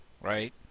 right